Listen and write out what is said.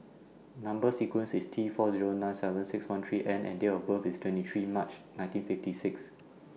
Number sequence IS T four Zero nine seven six one three N and Date of birth IS twenty three March nineteen fifty six